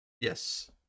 Yes